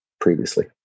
previously